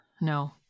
No